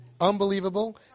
Unbelievable